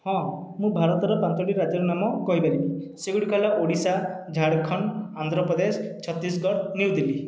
ହଁ ମୁଁ ଭାରତର ପାଞ୍ଚଟି ରାଜ୍ୟର ନାମ କହିପାରିବି ସେଗୁଡ଼ିକ ହେଲା ଓଡ଼ିଶା ଝାଡ଼ଖଣ୍ଡ ଆନ୍ଧ୍ରପ୍ରଦେଶ ଛତିଶଗଡ଼ ନ୍ୟୁ ଦିଲ୍ଲୀ